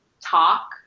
talk